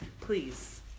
please